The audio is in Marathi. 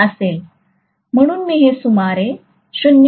म्हणून मी हे सुमारे 0